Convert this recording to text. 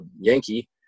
Yankee